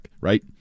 Right